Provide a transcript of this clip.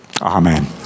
amen